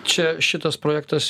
čia šitas projektas